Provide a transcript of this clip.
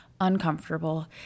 Uncomfortable